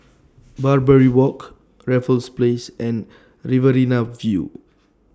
Barbary Walk Raffles Place and Riverina View